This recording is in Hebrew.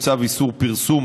יש צו איסור פרסום,